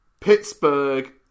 pittsburgh